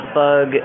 bug